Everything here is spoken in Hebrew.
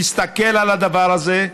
נסתכל על הדבר הזה,